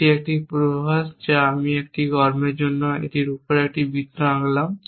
এটি একটি পূর্বাভাস যা আমি একটি কর্মের জন্য এটির উপর একটি বৃত্ত আঁকলাম